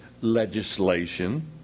legislation